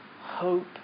Hope